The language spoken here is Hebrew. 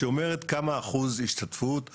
שאומרת כמה אחוז השתתפות,